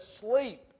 sleep